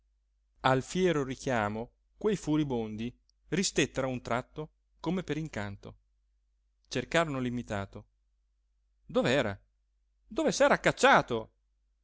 al fiero richiamo quei furibondi ristettero a un tratto come per incanto cercarono l'invitato dov'era dove s'era cacciato